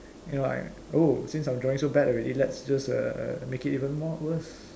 you know I oh since I'm drawing so bad already let's just err make it even more worse